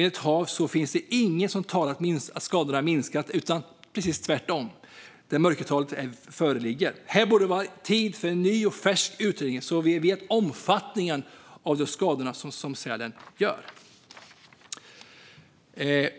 Enligt HaV finns det inget som talar för att skadorna minskat. Tvärtom föreligger stora mörkertal. Det är hög tid för en ny och färsk utredning så att vi får veta omfattningen av skadorna som sälen orsakar.